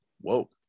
whoa